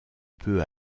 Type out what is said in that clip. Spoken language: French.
peu